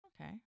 Okay